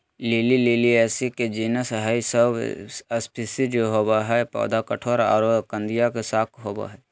lily Liliaceae के genus हई, सौ स्पिशीज होवअ हई, पौधा कठोर आरो कंदिया शाक होवअ हई